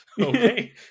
okay